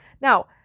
Now